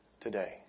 today